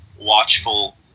watchful